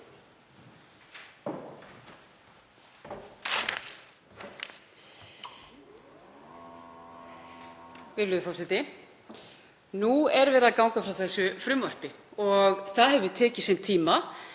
Virðulegur forseti. Nú er verið að ganga frá þessu frumvarpi og það hefur tekið sinn tíma